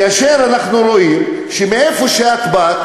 כאשר אנחנו רואים שמאיפה שאת באת,